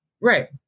right